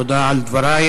תודה על דברייך.